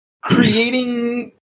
creating